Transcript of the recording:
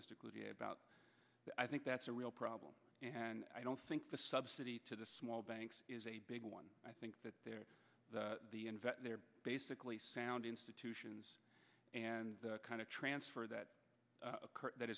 mystically about i think that's a real problem and i don't think the subsidy to the small banks is a big one i think that they're investing they're basically sound institutions and the kind of transfer that